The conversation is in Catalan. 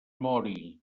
mori